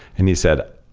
and he said,